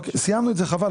אוקיי, סיימנו את זה, חבל.